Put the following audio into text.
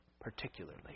particularly